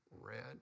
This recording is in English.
red